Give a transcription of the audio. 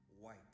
white